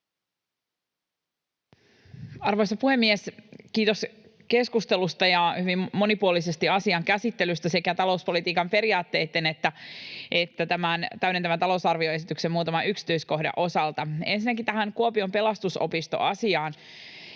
Arvoisa puhemies! Kiitos keskustelusta ja hyvin monipuolisesta asian käsittelystä sekä talouspolitiikan periaatteitten että tämän täydentävän talousarvioesityksen muutaman yksityiskohdan osalta. Ensinnäkin tähän Kuopion Pelastusopisto ‑asiaan,